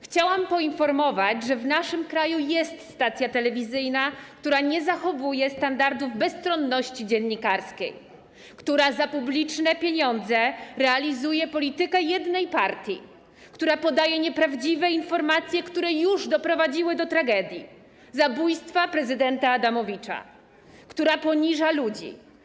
Chciałam poinformować, że w naszym kraju jest stacja telewizyjna, która nie zachowuje standardów bezstronności dziennikarskiej, która za publiczne pieniądze realizuje politykę jednej partii, która podaje nieprawdziwe informacje, które już doprowadziły do tragedii, zabójstwa prezydenta Adamowicza, która poniża ludzi.